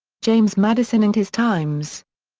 james madison and his times.